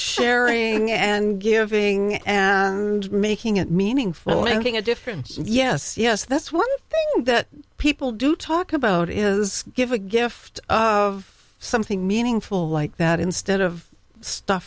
sharing and giving and making it meaningful and being a difference yes yes that's one thing that people do talk about is give a gift of something meaningful like that instead of stuff